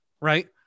Right